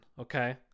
okay